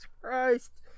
Christ